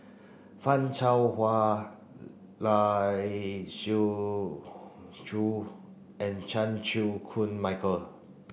Fan Shao Hua Lai Siu Chiu and Chan Chew Koon Michael